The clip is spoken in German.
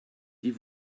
die